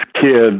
kids